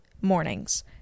mornings